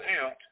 out